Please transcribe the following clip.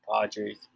Padres